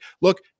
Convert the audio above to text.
look